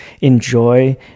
enjoy